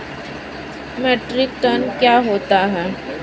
Metric ton क्या होता है?